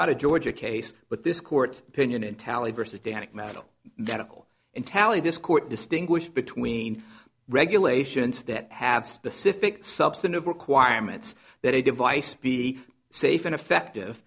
not a georgia case but this court opinion in tally versus danica metal that all in tally this court distinguish between regulations that have specific substantive requirements that a device be safe and effective